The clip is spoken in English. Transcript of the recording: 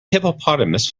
hippopotamus